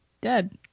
dead